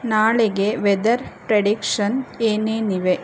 ನಾಳೆಗೆ weather prediction ಏನೇನಿವೆ